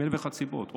מאלף ואחת סיבות,